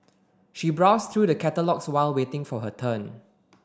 she browsed through the catalogues while waiting for her turn